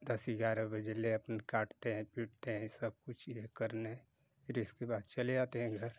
दसी ग्यारह बजे ले अपनी काटते हैं पीटते हैं सब कुछ करने फ़िर इसके बाद चले आते हैं घर